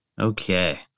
Okay